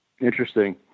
Interesting